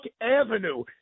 Avenue